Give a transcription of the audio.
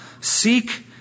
Seek